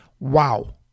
Wow